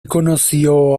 conoció